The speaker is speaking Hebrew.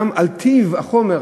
גם על טיב החומר,